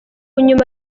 nyuma